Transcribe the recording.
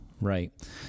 Right